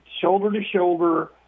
shoulder-to-shoulder